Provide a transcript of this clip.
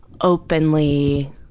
openly